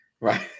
Right